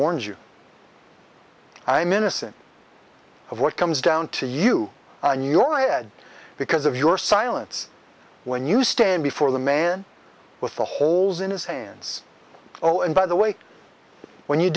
you i'm innocent of what comes down to you and your head because of your silence when you stand before the man with the holes in his hands oh and by the way when you